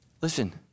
Listen